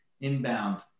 inbound